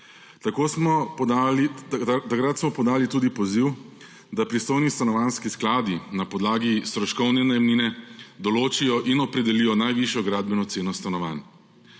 Takrat smo podali tudi poziv, da pristojni stanovanjski skladi na podlagi stroškovne najemnine določijo in opredelijo najvišjo gradbeno ceno stanovanj.